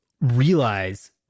realize